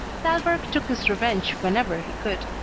thalberg took his revenge whenever he could.